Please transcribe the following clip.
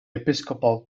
episcopal